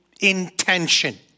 intention